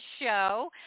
show